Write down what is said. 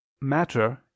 matter